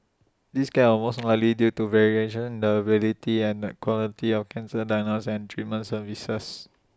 this gap are was unlikely due to variations the availability and the quality of cancer diagnosis and treatment services